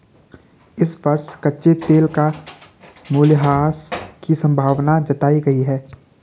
इस वर्ष कच्चे तेल का मूल्यह्रास की संभावना जताई गयी है